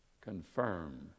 confirm